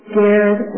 Scared